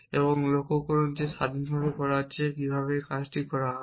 এবং লক্ষ্য করুন যে এই স্বাধীনভাবে করা হচ্ছে কিভাবে এই কাজ করা হবে